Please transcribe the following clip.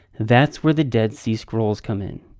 that's where the dead sea scrolls come in.